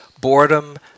boredom